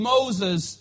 Moses